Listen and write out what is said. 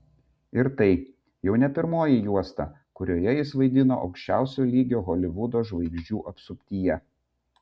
ir tai jau ne pirmoji juosta kurioje jis vaidino aukščiausio lygio holivudo žvaigždžių apsuptyje